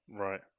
Right